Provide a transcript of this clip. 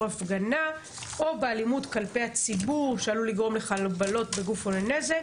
הפגנה או באלימות כלפי הציבור שעלול לגרום לחבלות בגוף או לנזק